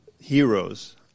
heroes